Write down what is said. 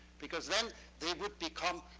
because then they would become